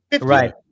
right